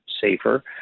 safer